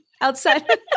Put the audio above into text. outside